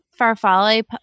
farfalle